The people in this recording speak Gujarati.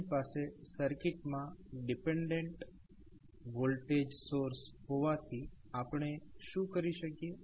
આપણી પાસે સર્કિટમાં ડીપેન્ડેન્ટ વોલ્ટેજ સોર્સ હોવાથી આપણે શૂ કરી શકીએ